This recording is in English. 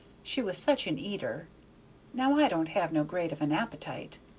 she was such an eater now i don't have no great of an appetite,